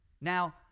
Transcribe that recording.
now